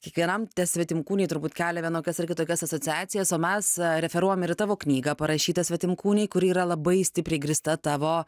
kiekvienam tie svetimkūniai turbūt kelia vienokias ar kitokias asociacijas o mes referuojam ir į tavo knygą parašytą svetimkūniai kuri yra labai stipriai grįsta tavo